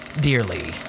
dearly